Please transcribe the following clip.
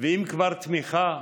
ואם כבר תמיכה,